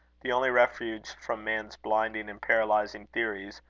the only refuge from man's blinding and paralysing theories,